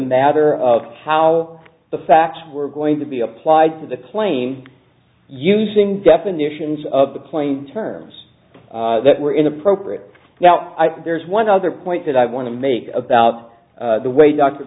matter of how the facts were going to be applied to the claim using definitions of the playing terms that were inappropriate now there's one other point that i want to make about the way